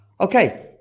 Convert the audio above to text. okay